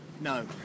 No